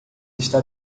está